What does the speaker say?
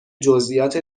جزییات